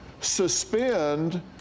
suspend